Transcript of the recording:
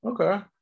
Okay